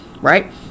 right